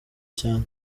cyane